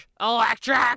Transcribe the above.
electric